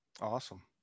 awesome